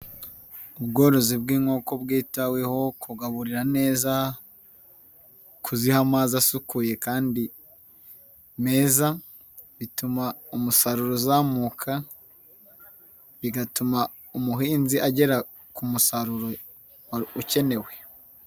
Ubworozi bw'inkoko bwitaweho kugaburira neza, kuziha amazi asukuye kandi meza, bituma umusaruro uzamuka bigatuma umuhinzi agera k'umusaruro ukenewe.